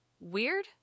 Weird